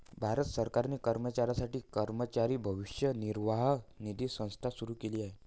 भारत सरकारने कर्मचाऱ्यांसाठी कर्मचारी भविष्य निर्वाह निधी संस्था सुरू केली आहे